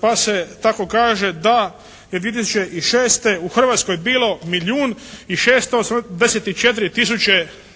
pa se tako kaže da je 2006. u Hrvatskoj bilo milijun i 684 tisuće i 600 korisnika